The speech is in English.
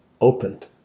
opened